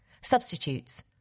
Substitutes